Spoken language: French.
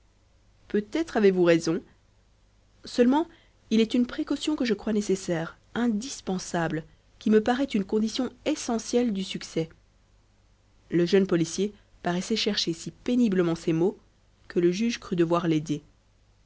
peut-être avez-vous raison seulement il est une précaution que je crois nécessaire indispensable qui me parait une condition essentielle du succès le jeune policier paraissait chercher si péniblement ses mots que le juge crut devoir l'aider